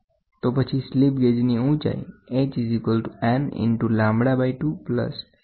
તેથીપછી slip gauge ની ઊંચાઈ નીચે મુજબ થશે